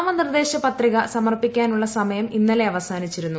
നാമ ന്ടൂർദ്ദേശ പത്രിക സമർപ്പിക്കാനുള്ള സമയം ഇന്നലെ അവസാനിച്ചിരുന്നു